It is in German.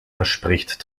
verspricht